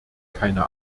keine